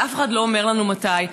ואף אחד לא אומר לנו מתי.